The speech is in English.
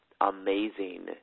amazing